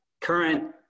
current